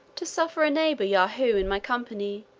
to suffer a neighbour yahoo in my company,